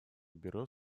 бюро